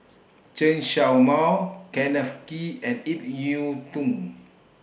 Chen Show Mao Kenneth Kee and Ip Yiu Tung